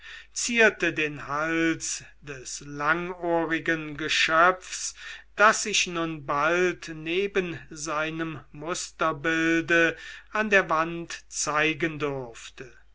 zierte den hals des langohrigen geschöpfs das sich nun bald neben seinem musterbilde an der wand zeigen durfte